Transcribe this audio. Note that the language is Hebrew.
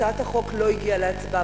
הצעת החוק לא הגיעה להצבעה.